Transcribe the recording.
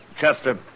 Chester